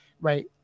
right